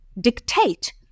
dictate